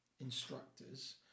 instructors